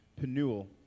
Penuel